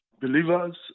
believers